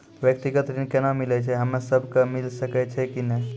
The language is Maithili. व्यक्तिगत ऋण केना मिलै छै, हम्मे सब कऽ मिल सकै छै कि नै?